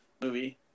movie